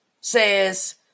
Says